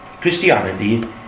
Christianity